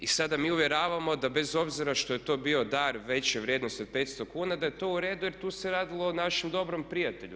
I sada mi uvjeravamo da bez obzira što je to bio dar veće vrijednosti od 500 kuna da je to u redu jer tu se radilo o našem dobrom prijatelju.